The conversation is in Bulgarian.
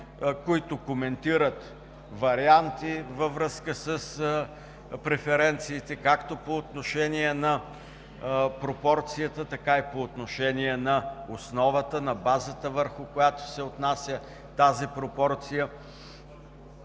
които коментират варианти във връзка с преференциите – както по отношение на пропорцията, така и по отношение на основата, на базата, върху която се отнася тази пропорция.